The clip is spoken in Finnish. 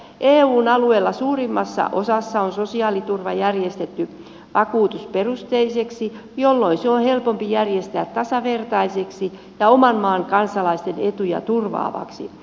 eun alueella suurimmassa osassa on sosiaaliturva järjestetty vakuutusperusteiseksi jolloin se on helpompi järjestää tasavertaiseksi ja oman maan kansalaisten etuja turvaavaksi